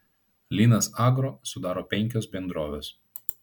linas agro sudaro penkios bendrovės